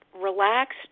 relaxed